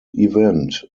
event